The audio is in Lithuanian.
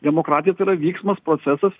demokratija tai yra vyksmas procesas